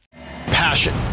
Passion